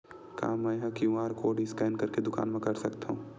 का मैं ह क्यू.आर कोड स्कैन करके दुकान मा कर सकथव?